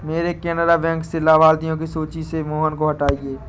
मेरे केनरा बैंक से लाभार्थियों की सूची से मोहन को हटाइए